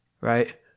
right